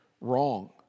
wrong